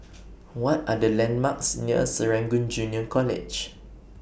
What Are The landmarks near Serangoon Junior College